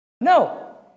No